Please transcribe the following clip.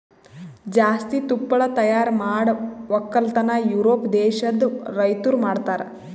ಜಾಸ್ತಿ ತುಪ್ಪಳ ತೈಯಾರ್ ಮಾಡ್ ಒಕ್ಕಲತನ ಯೂರೋಪ್ ದೇಶದ್ ರೈತುರ್ ಮಾಡ್ತಾರ